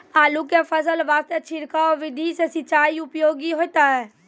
आलू के फसल वास्ते छिड़काव विधि से सिंचाई उपयोगी होइतै?